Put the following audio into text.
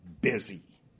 busy